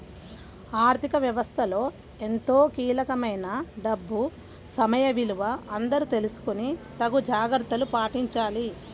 ఆర్ధిక వ్యవస్థలో ఎంతో కీలకమైన డబ్బు సమయ విలువ అందరూ తెలుసుకొని తగు జాగర్తలు పాటించాలి